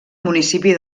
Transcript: municipi